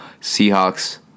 Seahawks